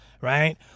right